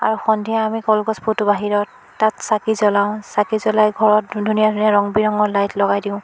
আৰু সন্ধিয়া আমি কলগছ পোতোঁ বাহিৰত তাত চাকি জ্বলাওঁ চাকি জ্বলাই ঘৰত ধুনীয়া ধুনীয়া ৰং বিৰঙৰ লাইট লগাই দিওঁ